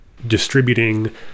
distributing